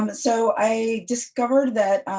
um and so i discovered that